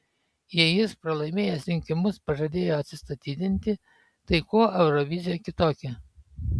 jei jis pralaimėjęs rinkimus pažadėjo atsistatydinti tai kuo eurovizija kitokia